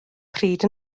pryd